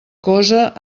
cosa